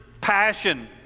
passion